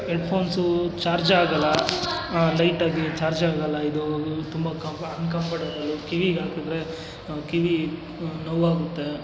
Ed ಫೋನ್ಸೂ ಚಾರ್ಜೆ ಆಗಲ್ಲ ಲೈಟಾಗಿ ಚಾರ್ಜೆ ಆಗಲ್ಲಇದೂ ತುಂಬ ಕಂಫ ಅನ್ಕಂಫರ್ಟೇಬಲು ಕಿವಿಗೆ ಹಾಕಿದ್ರೆ ಕಿವಿ ನೋವಾಗುತ್ತೆ